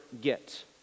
get